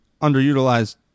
underutilized